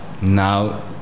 now